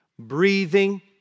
Breathing